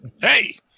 Hey